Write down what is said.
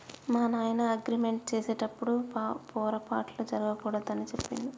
మా నాయన అగ్రిమెంట్ సేసెటప్పుడు పోరపాట్లు జరగకూడదు అని సెప్పిండు